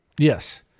Yes